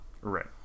Right